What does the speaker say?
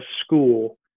school